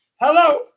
Hello